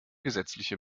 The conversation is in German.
gesetzliche